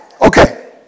Okay